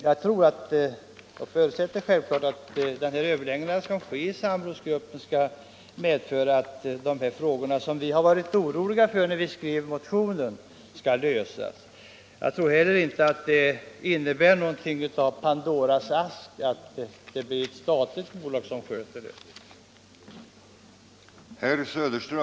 Jag förutsätter att den överläggning som skall ske i samrådsgruppen medför att de frågor som vi varit oroliga för när vi skrev motionen skall lösas. Jag tror inte heller att det innebär någonting av Pandoras ask att det kommer att bli ett statligt bolag som skall svara för skötseln.